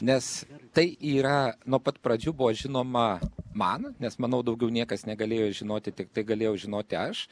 nes tai yra nuo pat pradžių buvo žinoma man nes manau daugiau niekas negalėjo žinoti tiktai galėjau žinoti aš